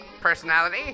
personality